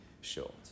short